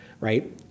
right